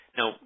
Now